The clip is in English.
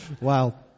Wow